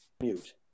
Mute